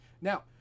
Now